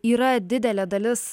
yra didelė dalis